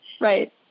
Right